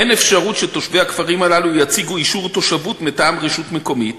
אין אפשרות שתושבי הכפרים הללו יציגו אישור תושבות מטעם רשות מקומית,